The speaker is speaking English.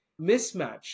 mismatch